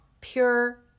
Pure